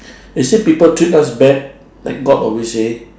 is it people treat us bad like god always say